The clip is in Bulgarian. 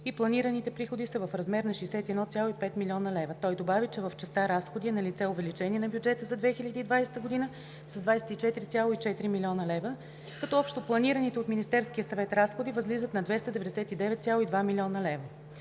и планираните приходи са в размер на 61,5 млн. лв. Той добави, че в частта „разходи“ е налице увеличение на бюджета за 2020 г. с 24,4 млн. лв., като общо планираните от Министерския съвет разходи възлизат на 299,2 млн. лв.